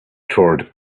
toward